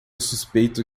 suspeito